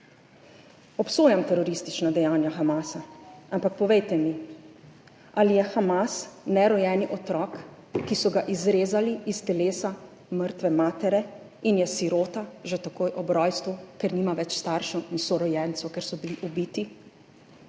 Obsojam teroristična dejanja Hamasa, ampak povejte mi, ali je Hamas nerojeni otrok, ki so ga izrezali iz telesa mrtve matere in je sirota že takoj ob rojstvu, ker nima več staršev in sorojencev, ker so bili ubiti.